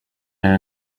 elle